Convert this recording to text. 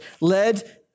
led